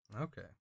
Okay